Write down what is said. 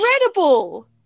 incredible